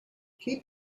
keep